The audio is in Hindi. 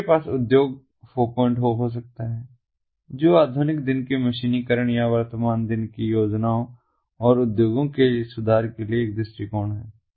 किसी के पास उद्योग 40 हो सकता है जो आधुनिक दिन के मशीनीकरण या वर्तमान दिन की योजनाओं और उद्योगों के सुधार के लिए एक दृष्टिकोण है